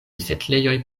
setlejoj